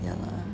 yeah lah